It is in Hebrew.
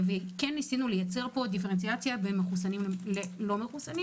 ניסינו לייצר פה דיפרנציאציה בין מחוסנים ללא מחוסנים